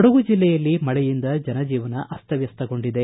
ಕೊಡುಗು ಜಿಲ್ಲೆಯಲ್ಲಿ ಮಳೆಯಿಂದ ಜನಜೀವನ ಅಸ್ತವ್ಯಸ್ತಗೊಂಡಿದೆ